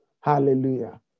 Hallelujah